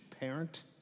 parent